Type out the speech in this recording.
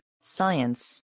Science